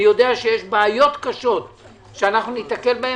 אני יודע שיש בעיות קשות שניתקל בהן,